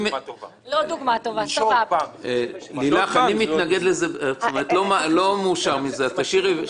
לילך, אני לא מאושר מזה אז תשאירי שבע שנים.